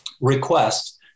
request